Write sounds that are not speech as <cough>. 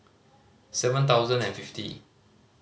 seven thousand and <noise> fifty